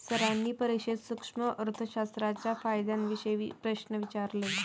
सरांनी परीक्षेत सूक्ष्म अर्थशास्त्राच्या फायद्यांविषयी प्रश्न विचारले